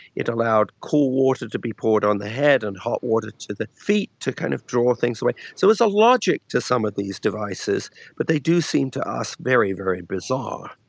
it allowed cool water to be poured on the head and hot water to the feet to kind of draw things away. so there's a logic to some of these devices but they do seem to us very, very bizarre.